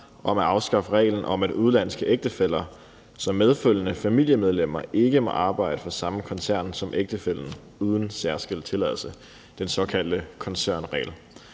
om at afskaffe reglen om, at udenlandske ægtefæller som medfølgende familiemedlemmer ikke må arbejde for samme koncern som ægtefællen uden særskilt tilladelse – den såkaldte koncernregel.